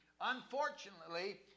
Unfortunately